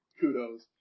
Kudos